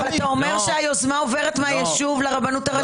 אתה אומר שהיוזמה עוברת מהיישוב לרבנות הראשית.